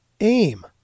aim